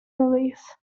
release